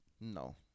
no